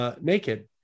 naked